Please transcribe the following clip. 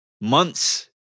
months